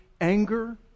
anger